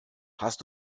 hast